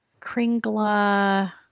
Kringla